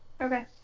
Okay